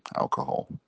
alcohol